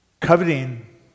Coveting